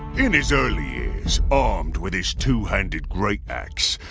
in his early years, armed with his two-handed great axe,